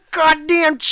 goddamn